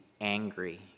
angry